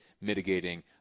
mitigating